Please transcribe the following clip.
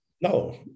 No